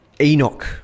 Enoch